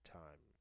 time